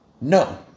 no